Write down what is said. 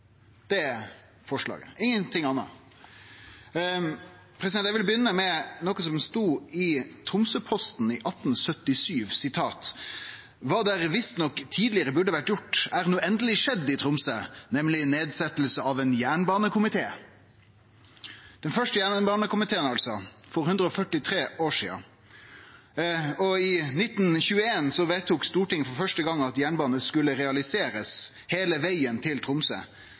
Det er forslaget – ingenting anna. Eg vil begynne med noko som stod i Tromsøposten i 1877: Hva der visstnok tidligere burde vært gjort, er nå endelig skjedd i Tromsø, nemlig nedsettelse av en jernbanekomité. Det var altså den første jernbanekomiteen – for 143 år sidan. I 1921 vedtok Stortinget for første gong at jernbanen skulle realiserast, heile vegen til Tromsø.